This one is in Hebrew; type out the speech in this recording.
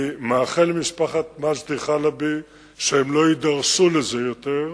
אני מאחל למשפחת מג'די חלבי שהם לא יידרשו לזה יותר,